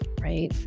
right